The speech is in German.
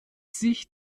sich